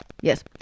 Yes